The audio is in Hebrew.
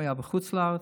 הוא היה בחוץ לארץ,